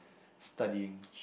studying